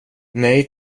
nej